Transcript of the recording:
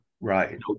Right